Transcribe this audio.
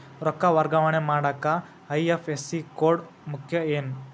ರೊಕ್ಕ ವರ್ಗಾವಣೆ ಮಾಡಾಕ ಐ.ಎಫ್.ಎಸ್.ಸಿ ಕೋಡ್ ಮುಖ್ಯ ಏನ್